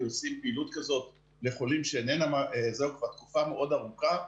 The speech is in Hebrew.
עושים פעילות כזאת לחולים כבר תקופה מאוד ארוכה,